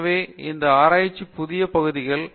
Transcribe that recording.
எனவே இந்த ஆராய்ச்சி புதிய பகுதிகள்